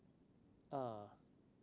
ah